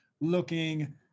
looking